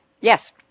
Yes